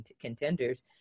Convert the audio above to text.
contenders